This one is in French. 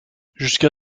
jusqu’à